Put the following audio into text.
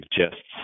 suggests